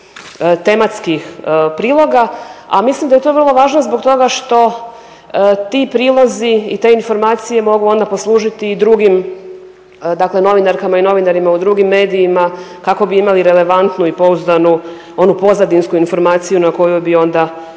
tih tematskih priloga. A mislim da je to vrlo važno zbog toga što ti prilozi i te informacije mogu onda poslužiti i drugim, dakle novinarkama i novinarima u drugim medijima kako bi imali relevantnu i pouzdanu onu pozadinsku informaciju na kojoj bi onda dalje